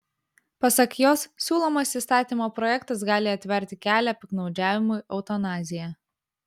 pasak jos siūlomas įstatymo projektas gali atverti kelią piktnaudžiavimui eutanazija